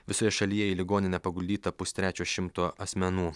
visoje šalyje į ligoninę paguldyta pustrečio šimto asmenų